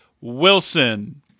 Wilson